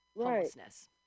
homelessness